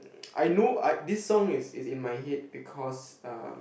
I know I this song is is in my head because um